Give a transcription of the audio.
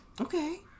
okay